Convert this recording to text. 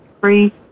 free